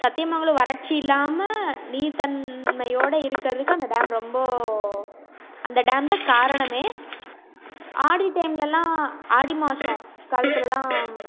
சத்தியமங்கலம் வறட்சி இல்லாமல் நீர் தன்மையோடு இருக்கிறதுக்கு அந்த டேம் ரொம்ப அந்த டேம் தான் காரணமே ஆடி டைம்லெலாம் ஆடி மாதம் காலத்துலெலாம்